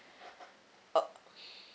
uh